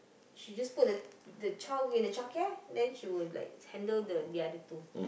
she just put the the child in the childcare then she will just handle the other two